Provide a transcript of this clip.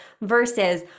versus